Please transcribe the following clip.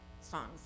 songs